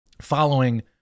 following